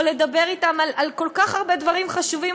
או לדבר אתם על כל כך הרבה דברים חשובים,